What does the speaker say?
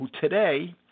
today